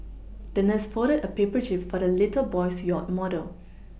the nurse folded a paper jib for the little boy's yacht model